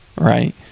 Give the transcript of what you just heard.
right